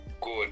good